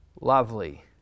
lovely